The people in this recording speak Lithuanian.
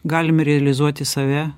galim realizuoti save